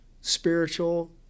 spiritual